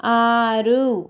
ఆరు